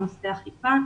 בנושא אכיפה.